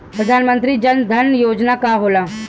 प्रधानमंत्री जन धन योजना का होला?